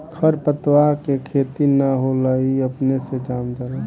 खर पतवार के खेती ना होला ई अपने से जाम जाला